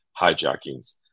hijackings